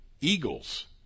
Eagles